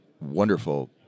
wonderful